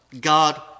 God